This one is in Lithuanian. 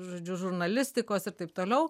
žodžiu žurnalistikos ir taip toliau